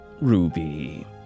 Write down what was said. Ruby